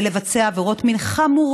מנקה שטיחים כדי לבצע עבירות מין חמורות